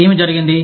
ఏమి జరిగినది